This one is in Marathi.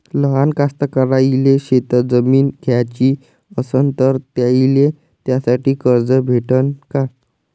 लहान कास्तकाराइले शेतजमीन घ्याची असन तर त्याईले त्यासाठी कर्ज भेटते का?